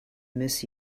miss